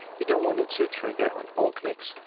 we don't want it to trigger on all clicks,